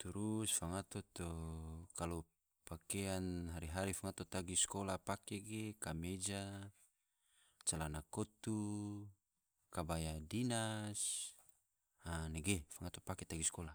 turus fangato to kalo pakeang hari-hari fangare tagi skola, pake ge kameja, calana kotu, kabaya dinas, a nege, fangfato pake tagi skola